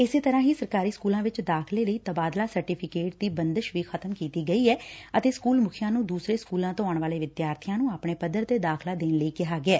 ਇਸੇ ਤਰਾਂ ਹੀ ਸਰਕਾਰੀ ਸਕੁਲਾਂ ਵਿੱਚ ਦਾਖਲੇ ਲਈ ਤਬਾਦਲਾ ਸਰਟੀਫਿਕੇਟ ਦੀ ਬੰਦਿਸ਼ ਵੀ ਖਤਮ ਕੀਤੀ ਗਈ ਏ ਅਤੇ ਸਕੁਲ ਮੁਖੀਆ ਨੂੰ ਦੁਸਰੇ ਸਕੁਲਾ ਂਤੋ ਆਉਣ ਵਾਲੇ ਵਿਦਿਆਰਬੀਆਂ ਨੂੰ ਆਪਣੇ ਪੱਧਰ ਤੇ ਦਾਖਲਾ ਦੇਣ ਲਈ ਕਿਹਾ ਗਿਐ